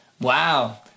wow